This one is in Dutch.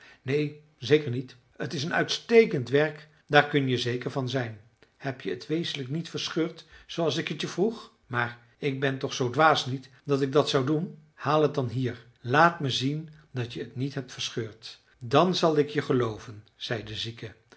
neen zeker niet t is een uitstekend werk daar kun je zeker van zijn heb je t wezenlijk niet verscheurd zooals ik t je vroeg maar ik ben toch zoo dwaas niet dat ik dat zou doen haal het dan hier laat me zien dat je t niet hebt verscheurd dan zal ik je gelooven zei de zieke